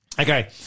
Okay